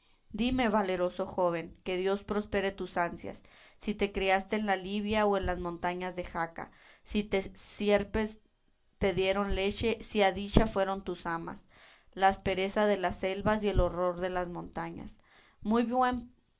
dime valeroso joven que dios prospere tus ansias si te criaste en la libia o en las montañas de jaca si sierpes te dieron leche si a dicha fueron tus amas la aspereza de las selvas y el horror de las montañas muy bien